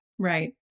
Right